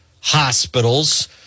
hospitals